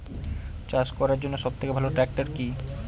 চাষ করার জন্য সবথেকে ভালো ট্র্যাক্টর কি?